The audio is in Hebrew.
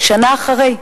שנה אחרי,